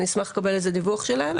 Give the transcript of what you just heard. אני אשמח לקבל על זה דיווח שלהם.